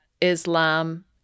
Islam